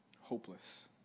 hopeless